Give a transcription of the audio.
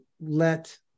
let